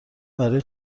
برای